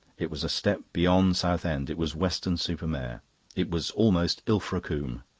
it was a step beyond southend it was weston-super-mare it was almost ilfracombe.